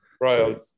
Right